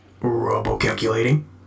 Robo-calculating